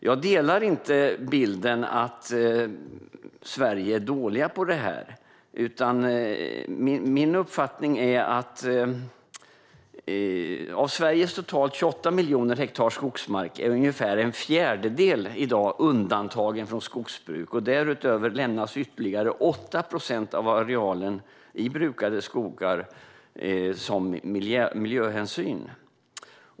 Jag delar inte bilden att Sverige är dåligt på det här. Av Sveriges totalt 28 miljoner hektar skogsmark är ungefär en fjärdedel i dag undantagen från skogsbruk. Därutöver lämnas ytterligare 8 procent av arealen i brukade skogar som miljöhänsyn.